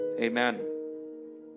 Amen